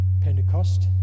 Pentecost